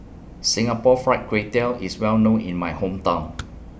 Singapore Fried Kway Tiao IS Well known in My Hometown